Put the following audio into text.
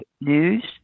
news